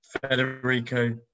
Federico